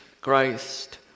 Christ